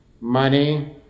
Money